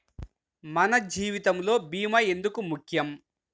మన జీవితములో భీమా ఎందుకు ముఖ్యం?